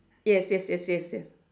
yes yes yes yes yes